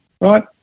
right